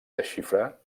desxifrar